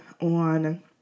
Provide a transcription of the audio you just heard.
on